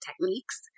techniques